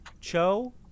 Cho